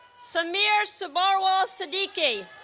sameer sabharwal-siddiqi